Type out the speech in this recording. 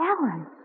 Alan